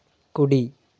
కుడి